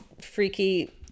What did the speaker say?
freaky